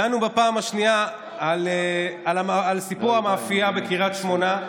דנו בפעם השנייה על סיפור המאפייה בקריית שמונה.